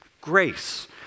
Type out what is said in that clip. Grace